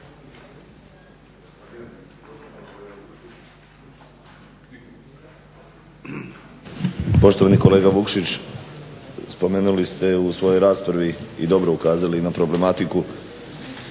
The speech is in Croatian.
Poštovani kolega Vukšić, spomenuli ste u svojoj raspravi i dobro ukazali na problematiku